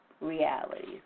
realities